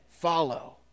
follow